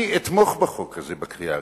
אני אתמוך בחוק הזה בקריאה ראשונה,